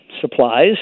supplies